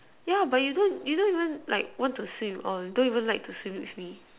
yeah but you don't you don't even like want to swim or don't even like to swim with me